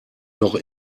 noch